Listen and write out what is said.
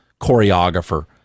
choreographer